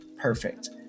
perfect